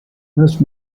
most